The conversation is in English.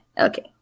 Okay